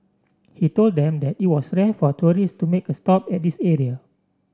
he told them that it was rare for tourist to make a stop at this area